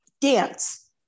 dance